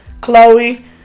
Chloe